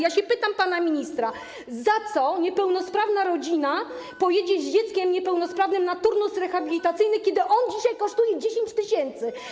Ja pytam pana ministra: Za co niepełnosprawna rodzina pojedzie z dzieckiem niepełnosprawnym dla turnus rehabilitacyjny, kiedy on dzisiaj kosztuje 10 tys.